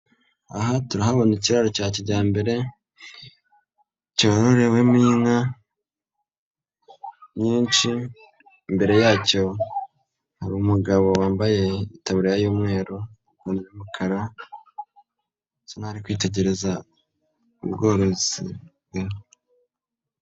Aha turahabona ikiraro cya kijyambere, cyororewemo inka nyinshi, imbere yacyo hari umugabo wambaye itaburiya y'umweru n'umukara, asa n'aho ari kwitegereza ubworozi bwe.